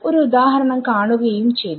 ഒരു ഉദാഹരണം കാണുകയും ചെയ്തു